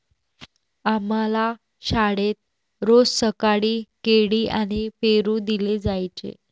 आम्हाला शाळेत रोज सकाळी केळी आणि पेरू दिले जायचे